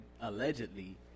allegedly